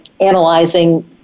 analyzing